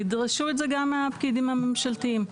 תדרשו את זה גם מהפקידים הממשלתיים.